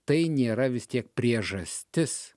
tai nėra vis tiek priežastis